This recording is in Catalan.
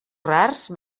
rars